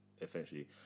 essentially